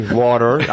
water